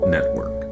Network